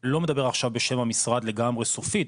אני לא מדבר עכשיו בשם המשרד לגמרי סופית,